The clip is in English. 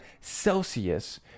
celsius